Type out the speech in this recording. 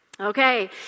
Okay